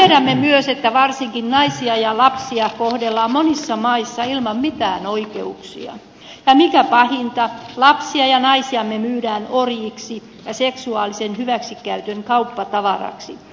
tiedämme myös että varsinkin naisia ja lapsia kohdellaan monissa maissa ilman mitään oikeuksia ja mikä pahinta lapsia ja naisia myydään orjiksi ja seksuaalisen hyväksikäytön kauppatavaraksi